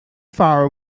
far